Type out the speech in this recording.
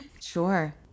Sure